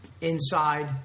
inside